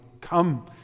come